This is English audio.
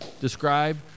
Describe